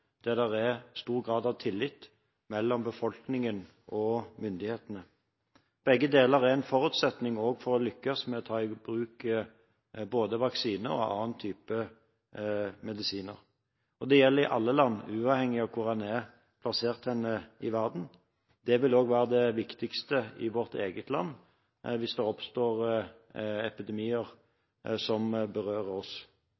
der det er stor grad av tillit mellom befolkningen og myndighetene. Begge deler er en forutsetning for å lykkes med å ta i bruk både vaksiner og andre typer medisiner. Dette gjelder i alle land, uavhengig av hvor en er plassert i verden. Det vil også være det viktigste i vårt eget land hvis det oppstår